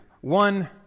One